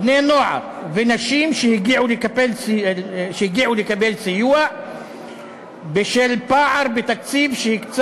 בני-נוער ונשים שהגיעו לקבל סיוע בשל פער בין התקציב שהקצה